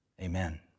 Amen